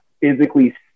physically